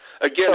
Again